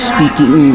Speaking